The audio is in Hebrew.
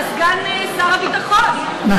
אתה סגן שר הביטחון, נכון.